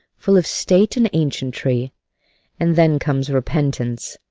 full of state and ancientry and then comes repentance,